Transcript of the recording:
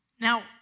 Now